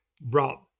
brought